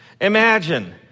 Imagine